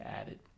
added